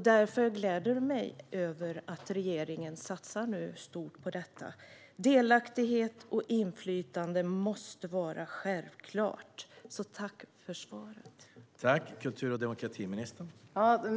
Därför gläder det mig att regeringen nu satsar stort på detta. Delaktighet och inflytande måste vara självklart. Tack för svaret, alltså!